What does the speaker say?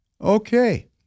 Okay